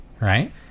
right